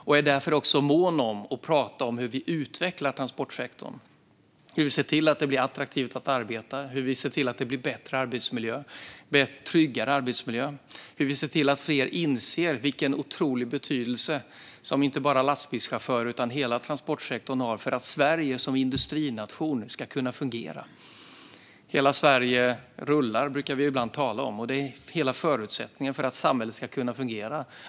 Därför är jag också mån om att prata om hur vi utvecklar transportsektorn, hur vi ser till att det blir attraktivt att arbeta där, hur vi ser till att det blir bättre och tryggare arbetsmiljö och hur vi ser till att fler inser vilken otrolig betydelse som inte bara lastbilschaufförer utan hela transportsektorn har för att Sverige som industrination ska kunna fungera. Hela Sverige rullar, brukar vi ibland säga. Att vi har bra transporter är en förutsättning för att samhället ska kunna fungera.